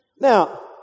Now